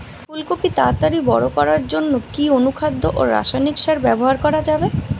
ফুল কপি তাড়াতাড়ি বড় করার জন্য কি অনুখাদ্য ও রাসায়নিক সার ব্যবহার করা যাবে?